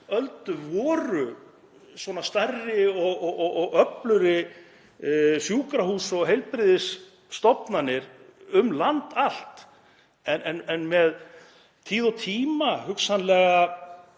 öld voru stærri og öflugri sjúkrahús og heilbrigðisstofnanir um land allt en með tíð og tíma, hugsanlega